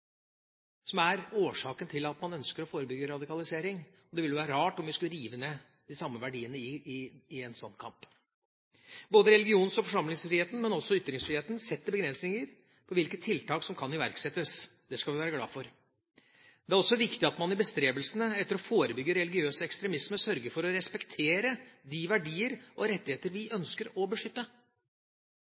som er årsaken til at man ønsker å forebygge radikalisering. Det ville jo være rart om vi skulle rive ned de samme verdiene i en slik kamp. Både religions- og forsamlingsfriheten, men også ytringsfriheten, setter begrensninger for hvilke tiltak som kan iverksettes. Det skal vi være glade for. Det er også viktig at man i bestrebelsene etter å forebygge religiøs ekstremisme sørger for å respektere de verdier og rettigheter vi ønsker å beskytte.